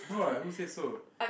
no lah who say so